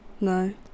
No